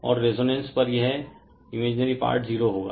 और रेसोनान्स पर यह इमेजिनरी पार्ट 0 होगा